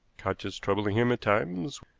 conscience troubling him at times,